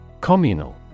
Communal